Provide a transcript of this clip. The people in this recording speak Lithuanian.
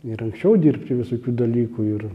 ir anksčiau dirbti visokių dalykų ir